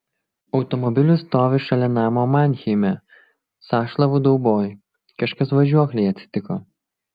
automobilis stovi šalia namo manheime sąšlavų dauboj kažkas važiuoklei atsitiko